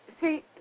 See